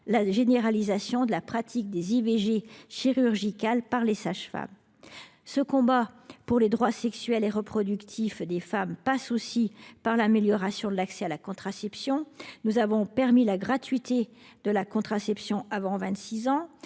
la généralisation de la pratique des IVG chirurgicales par les sages femmes. Ce combat pour les droits sexuels et reproductifs des femmes passe aussi par l’amélioration de l’accès à la contraception. Nous avons instauré la gratuité de la contraception pour les